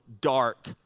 dark